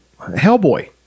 hellboy